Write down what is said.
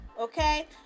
okay